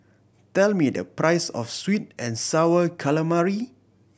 tell me the price of sweet and Sour Calamari